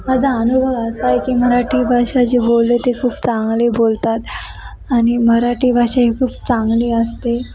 माझा अनुभव असा आहे की मराठी भाषा जी बोलली ती खूप चांगली बोलतात आणि मराठी भाषा ही खूप चांगली असते